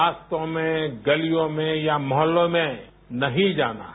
रास्तों में गलियों में या मोहल्लों में नहीं जाना है